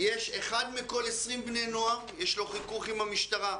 לאחד מכל 20 בני נוער יש חיכוך עם המשטרה,